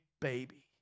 baby